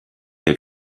der